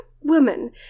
women